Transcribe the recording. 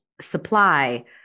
supply